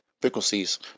frequencies